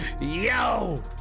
Yo